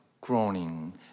groaning